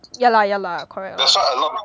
yeah lah yeah lah correct lah